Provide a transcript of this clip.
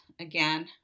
again